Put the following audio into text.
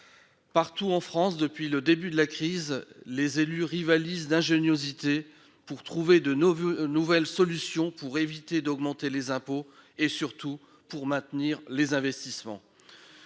partout en France, depuis le début de la crise, les élus rivalisent d'ingéniosité pour trouver de nouvelles solutions leur permettant d'éviter d'augmenter les impôts tout en maintenant les investissements.